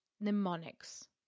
mnemonics